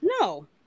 No